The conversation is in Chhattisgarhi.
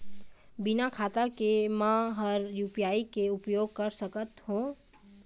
बिना खाता के म हर यू.पी.आई के उपयोग कर सकत हो?